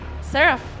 Seraph